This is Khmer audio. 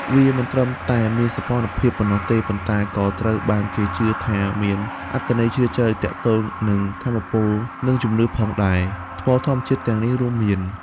វាមិនត្រឹមតែមានសោភ័ណភាពប៉ុណ្ណោះទេ ប៉ុន្តែក៏ត្រូវបានគេជឿថាមានអត្ថន័យជ្រាលជ្រៅទាក់ទងនឹងថាមពល និងជំនឿផងដែរ។ ថ្មធម្មជាតិទាំងនេះអាចរួមមាន៖